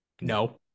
No